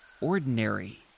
ordinary